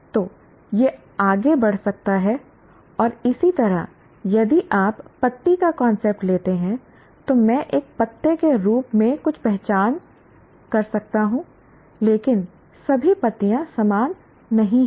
तो यह आगे बढ़ सकता है और इसी तरह यदि आप पत्ती का कांसेप्ट लेते हैं तो मैं एक पत्ते के रूप में कुछ पहचान सकता हूं लेकिन सभी पत्तियां समान नहीं हैं